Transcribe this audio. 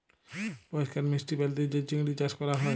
পরিষ্কার মিষ্টি পালিতে যে চিংড়ি চাস ক্যরা হ্যয়